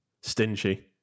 stingy